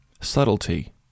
subtlety